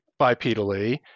bipedally